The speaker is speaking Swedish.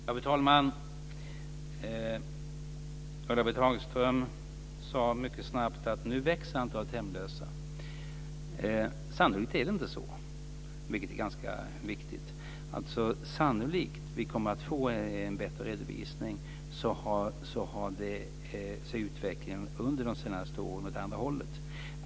Fru talman! Ulla-Britt Hagström sade mycket snabbt att antalet hemlösa nu växer. Sannolikt är det inte så, vilket är ganska viktigt. Vi kommer att få en bättre redovisning, och sannolikt visar den att utvecklingen under de senaste åren går åt andra hållet.